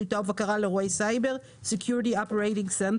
שליטה ובקרה לאירועי סייבר (SOC - Security Operating Center)